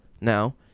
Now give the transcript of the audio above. Now